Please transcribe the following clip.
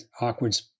awkward